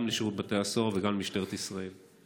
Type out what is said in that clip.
לשירות בתי הסוהר וגם למשטרת ישראל.